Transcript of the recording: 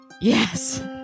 Yes